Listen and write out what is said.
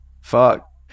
Fuck